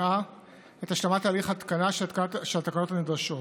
אשר מנעה את השלמת הליך ההתקנה של התקנות הנדרשות.